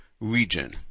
region